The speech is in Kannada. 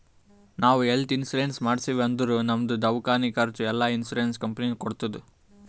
ನಾವ್ ಹೆಲ್ತ್ ಇನ್ಸೂರೆನ್ಸ್ ಮಾಡ್ಸಿವ್ ಅಂದುರ್ ನಮ್ದು ದವ್ಕಾನಿ ಖರ್ಚ್ ಎಲ್ಲಾ ಇನ್ಸೂರೆನ್ಸ್ ಕಂಪನಿ ಕೊಡ್ತುದ್